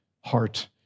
heart